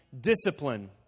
discipline